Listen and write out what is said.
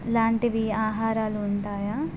అలాంటి ఆహారాలు ఉంటాయా